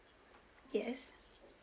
yes